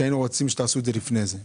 היינו רוצים שתעשו את זה לפני כן.